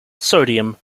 sodium